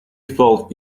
felt